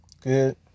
good